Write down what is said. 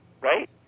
right